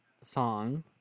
song